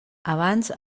abans